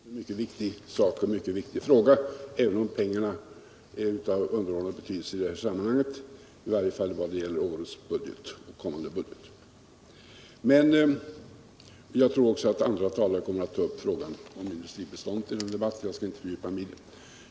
Herr talman! Självfallet är industribiståndet en mycket viktig fråga, även om pengar är av underordnad betydelse i detta sammanhang, i varje fall vad gäller årets och kommande års budgetar. Jag tror att andra talare kommer att ta upp frågan om detta i denna debatt, och jag skall därför inte fördjupa mig i frågan.